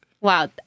Wow